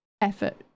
effort